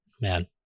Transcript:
man